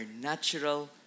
natural